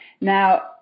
Now